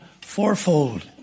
fourfold